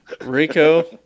Rico